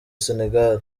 senegal